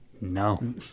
No